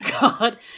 God